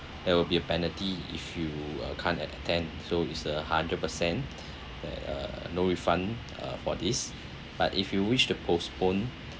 there will be a penalty if you uh can't attend so it's a hundred percent that uh no refund uh for this but if you wish to postpone